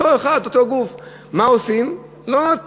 אותו אחד, אותו גוף, מה עושים?